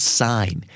sign